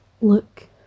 Look